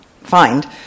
find